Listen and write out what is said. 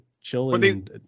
chilling